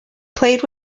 played